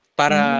para